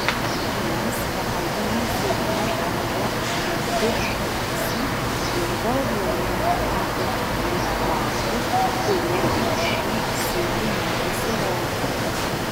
mes valgome silpnai apkeptą bifšteksą ir galvojame apie leopardus kurie ir šį sykį nepasirodė